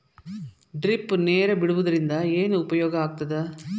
Drip ನೇರ್ ಬಿಡುವುದರಿಂದ ಏನು ಉಪಯೋಗ ಆಗ್ತದ?